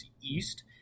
East